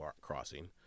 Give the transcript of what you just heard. crossing